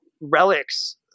relics